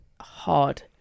hard